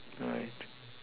right